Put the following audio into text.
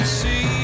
see